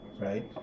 right